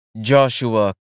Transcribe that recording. Joshua